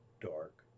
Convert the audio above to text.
dark